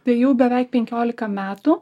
tai jau beveik penkiolika metų